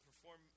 perform